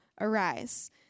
arise